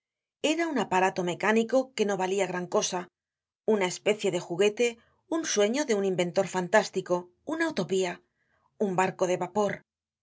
era un aparato mecánico que no valia gran cosa una especie de juguete un sueño de un inventor fantástico una utopia un barco de vapor los